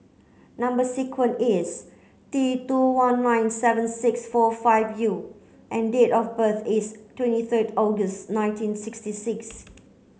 number is T two one nine seven six four five U and date of birth is twenty third August nineteen sixty six